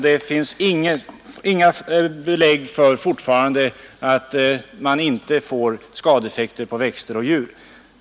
Det finns mig veterligt fortfarande inga belägg för att man inte får skadeeffekter på växter och djur.